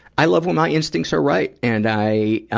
i love when my instincts are rights, and i,